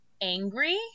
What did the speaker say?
angry